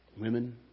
Women